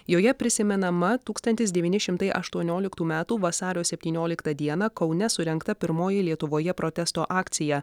joje prisimenama tūkstantis devyni šimtai aštuonioliktų metų vasario septyniolikta dieną kaune surengta pirmoji lietuvoje protesto akcija